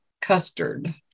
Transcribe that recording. custard